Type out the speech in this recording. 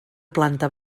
planta